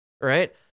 right